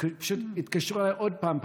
פשוט התקשרו אליי עוד פעם,